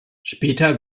später